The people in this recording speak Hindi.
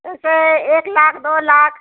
ऐसे एक लाख दो लाख